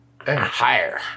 Higher